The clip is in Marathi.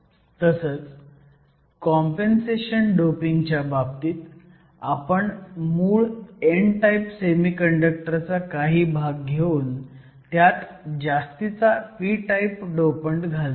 तसंच कॉम्पेनसेशन डोपिंग च्या बाबतीत आपण मूळ n टाईप सेमीकंडक्टर चा काही भाग घेऊन त्यात जास्तीचा p टाईप डोपंट घालतो